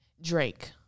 Drake